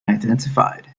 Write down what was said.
identified